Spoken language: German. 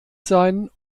sein